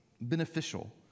beneficial